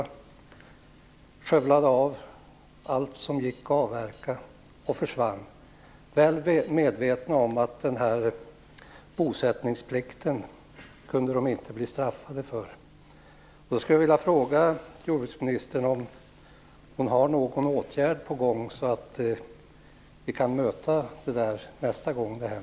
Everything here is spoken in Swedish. De skövlade av allt som gick att avverka och försvann väl medvetna om att de inte kunde bli straffade i enlighet med bosättningsplikten.